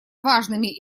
важными